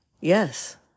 Yes